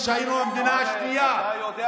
כשביבי נתניהו נכנס פעם שנייה לראשות הממשלה